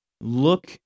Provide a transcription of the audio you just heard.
look